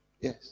yes